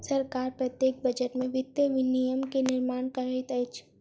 सरकार प्रत्येक बजट में वित्तीय विनियम के निर्माण करैत अछि